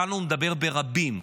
כאן הוא מדבר ברבים,